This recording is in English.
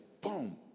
boom